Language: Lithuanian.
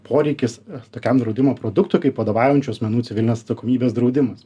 poreikis tokiam draudimo produktui kaip vadovaujančių asmenų civilinės atsakomybės draudimas